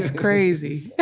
crazy.